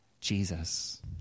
Jesus